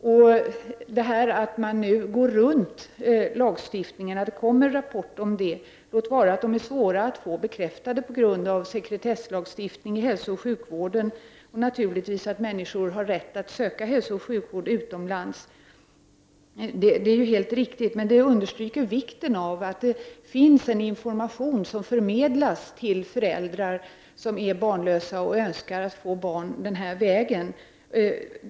Det kommer rapporter om att man nu går runt lagstiftningen, låt vara att dessa rapporter är svåra att få bekräftade på grund av sekretesslagstifningen inom hälsooch sjukvården och det faktum att människor naturligtvis har rätt att söka hälsooch sjukvård utomlands. Det är helt riktigt att det förhåller sig på det sättet, men det understryker vikten av att information förmedlas till par som är barnlösa och önskar få barn den här vägen.